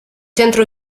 centro